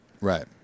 right